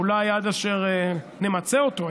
אולי עד אשר נמצה אותו,